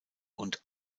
und